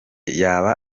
yaba